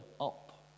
up